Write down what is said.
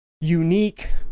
unique